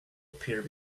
appear